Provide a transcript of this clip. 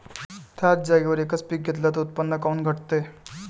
थ्याच जागेवर यकच पीक घेतलं त उत्पन्न काऊन घटते?